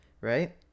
right